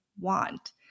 want